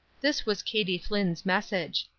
this was katie flinn's message.